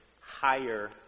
higher